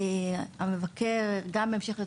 מטי, בבקשה.